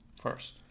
first